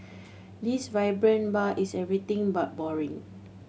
this vibrant bar is everything but boring